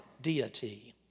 deity